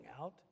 out